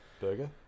Burger